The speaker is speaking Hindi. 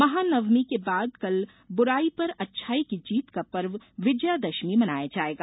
महानवमी के बाद कल ब्राई पर अच्छाई की जीत का पर्व विजयादशमी मनाया जायेगा